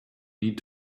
need